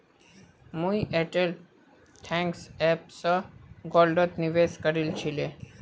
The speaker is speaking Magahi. मुई एयरटेल थैंक्स ऐप स गोल्डत निवेश करील छिले